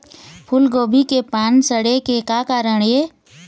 फूलगोभी के पान सड़े के का कारण ये?